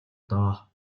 доо